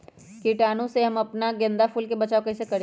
कीटाणु से हम अपना गेंदा फूल के बचाओ कई से करी?